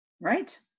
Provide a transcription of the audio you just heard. Right